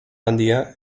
handia